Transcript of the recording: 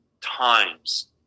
times